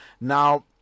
Now